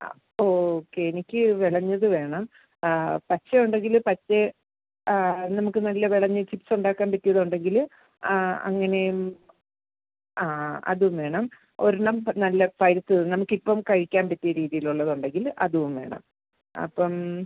ആ ഓക്കെ എനിക്ക് വിളഞ്ഞത് വേണം പച്ച ഉണ്ടെങ്കിൽ പച്ച ആ നമുക്ക് നല്ല വിളഞ്ഞ ചിപ്സ് ഉണ്ടാക്കാൻ പറ്റിയത് ഉണ്ടെങ്കിൽ അങ്ങനെയും ആ അതും വേണം ഒരെണ്ണം നല്ല പഴുത്തത് നമുക്ക് ഇപ്പം കഴിക്കാൻ പറ്റിയ രീതിയിൽ ഉള്ളത് ഉണ്ടെങ്കിൽ അതും വേണം അപ്പം